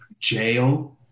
jail